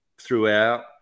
throughout